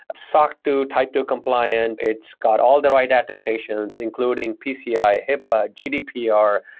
soc two, type two compliant. it's got all the right attestations, including pci, hipaa, gdpr.